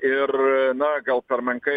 ir na gal per menkai